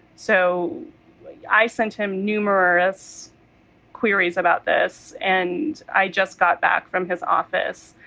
so i sent him numerous queries about this and i just got back from his office,